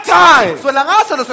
time